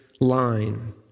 line